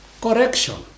Correction